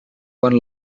quan